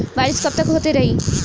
बरिस कबतक होते रही?